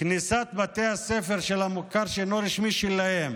כניסת בתי הספר של המוכר שאינו רשמי שלהם